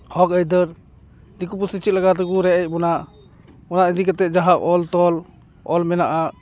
ᱦᱚᱠ ᱟᱹᱭᱫᱟᱹᱨ ᱫᱤᱠᱩ ᱯᱩᱥᱤ ᱪᱮᱫ ᱞᱮᱠᱟ ᱠᱟᱛᱮ ᱠᱚ ᱨᱮᱡ ᱮᱫ ᱵᱚᱱᱟ ᱚᱱᱟ ᱤᱫᱤ ᱠᱟᱛᱮ ᱡᱟᱦᱟᱸ ᱚᱞᱛᱚᱞ ᱚᱞ ᱢᱮᱱᱟᱜᱼᱟ